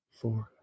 four